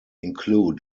include